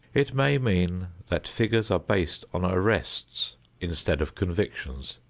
it may mean that figures are based on arrests instead of convictions.